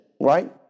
right